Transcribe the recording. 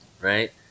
right